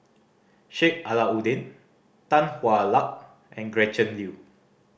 Sheik Alau'ddin Tan Hwa Luck and Gretchen Liu